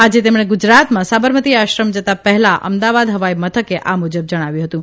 આજે તેઓ ગુજરાતમાં સાબરમતી આશ્રમ જતાં હેલા અમદાવાદ હવાઇ મથકે આ મુજબ જણાવ્યું હતું